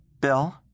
Bill